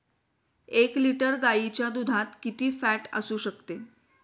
एक लिटर गाईच्या दुधात किती फॅट असू शकते?